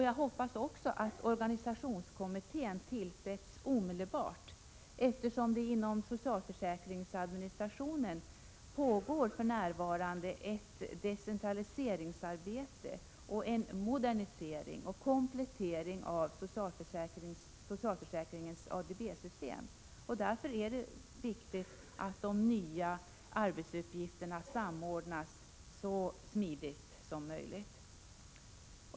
Jag hoppas också att organisationskommittén tillsätts omedelbart, eftersom det inom socialförsäkringsadministrationen för närvarande pågår ett decentraliseringsarbete och ett arbete för modernisering och komplettering av socialförsäkringens ADB-system. Därför är det viktigt att de nya arbetsuppgifterna samordnas så smidigt som möjligt.